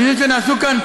אני לא מקבל את זה.